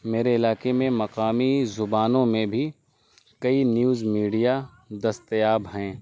میرے علاقے میں مقامی زبانوں میں بھی کئی نیوز میڈیا دستیاب ہیں